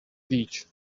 beach